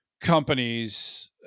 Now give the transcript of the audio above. companies